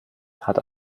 hat